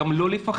גם לא לפחד,